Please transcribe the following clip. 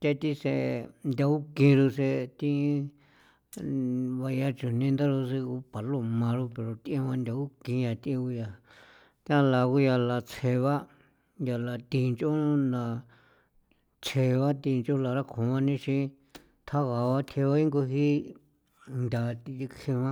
ta thi sen nthao kiro sen thi bayan chujni ndaro sejun paloma ro pero thi nthao kin yaa thi ngo yaa thala nguiola tsjee ba yala thio ncha'on na tsjee ba thi ncha'on lara kjoan nixin thjaga'a ba thjebengu jii ntha thi jee ba.